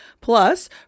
plus